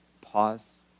pause